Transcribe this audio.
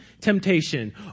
temptation